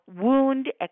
wound